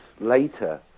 later